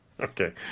Okay